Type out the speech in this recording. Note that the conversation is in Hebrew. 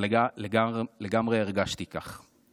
אבל לגמרי הרגשתי כך.